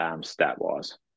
stat-wise